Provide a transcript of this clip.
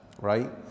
right